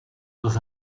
dans